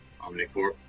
Omnicorp